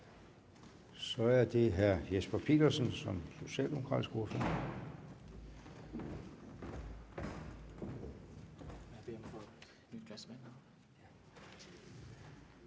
Så er det hr. Jesper Petersen som socialdemokratisk ordfører.